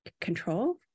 control